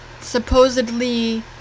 supposedly